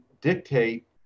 dictate